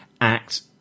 act